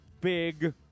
big